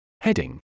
Heading